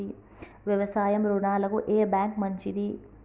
వ్యవసాయ రుణాలకు ఏ బ్యాంక్ మంచిది?